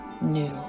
new